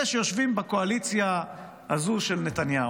אלה שיושבים בקואליציה הזו של נתניהו,